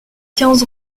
quinze